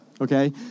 Okay